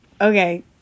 Okay